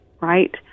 right